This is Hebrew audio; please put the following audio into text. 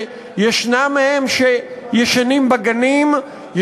שישנם מהם שישנים בגנים,